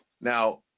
now